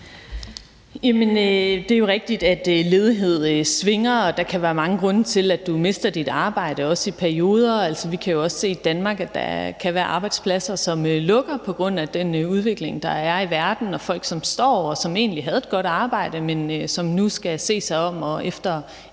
Det er jo rigtigt, at ledighed svinger. Der kan være mange grunde til, at du mister dit arbejde, også i perioder. Vi kan også se, at der i Danmark kan være arbejdspladser, som lukker på grund af den udvikling, der er i verden, og at folk, som egentlig havde et godt arbejde, nu enten skal se sig om efter et andet